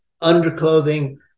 underclothing